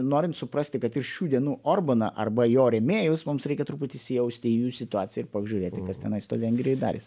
norint suprasti kad ir šių dienų orbaną arba jo rėmėjus mums reikia truputį įsijausti į jų situaciją ir pažiūrėti kas tenai toj vengrijoj darės